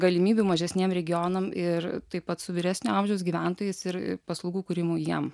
galimybių mažesniem regionam ir taip pat su vyresnio amžiaus gyventojais ir paslaugų kūrimui jiem